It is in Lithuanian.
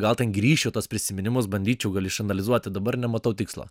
gal ten grįšiu į tuos prisiminimus bandyčiau gali išanalizuoti dabar nematau tikslo